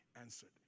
answered